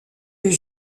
les